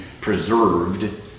preserved